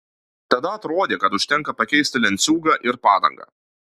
tada atrodė kad užtenka pakeisti lenciūgą ir padangą